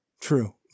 True